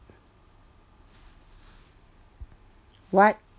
what